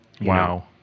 Wow